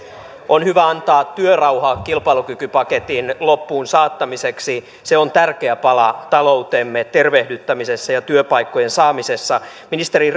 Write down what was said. on hyvä antaa työrauha kilpailukykypaketin loppuunsaattamiseksi se on tärkeä pala taloutemme tervehdyttämisessä ja työpaikkojen saamisessa ministeri